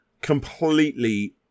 completely